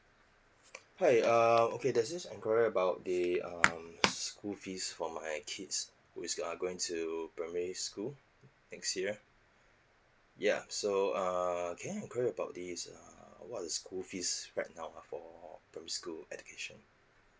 !hey! err okay there's this enquiry about the um school fees for my kids who is uh going to primary school next year ya so err can I enquiry about this err what are the school fees right now ah for primary school education